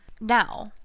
Now